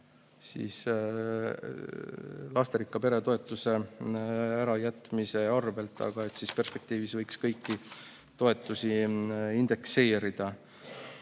tuleks lasterikka pere toetuse ärajätmise arvel, aga et perspektiivis võiks kõiki toetusi indekseerida.